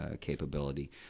capability